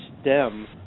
STEM